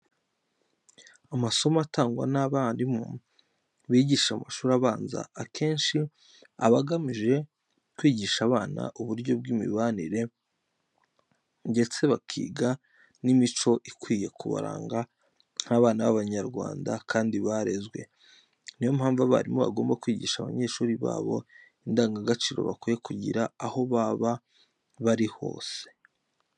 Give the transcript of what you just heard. Amasomo atangwa n'abarimu bigisha mu mashuri abanza akenshi aba agamije kwigisha abana uburyo bw'imibanire ndetse bakiga n'imico ikwiye kubaranga nk'abana b'Abanyarwanda kandi barezwe. Ni yo mpamvu, abarimu bagomba kwigisha abanyeshuri babo indangagaciro bakwiriye kugira aho baba bari hose.